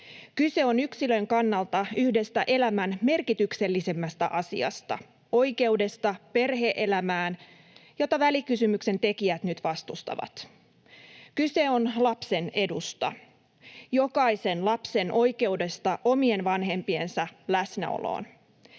Kyse on yksilön kannalta yhdestä elämän merkityksellisimmästä asiasta, oikeudesta perhe-elämään, jota välikysymyksen tekijät nyt vastustavat. Kyse on lapsen edusta, jokaisen lapsen oikeudesta omien vanhempiensa läsnäoloon.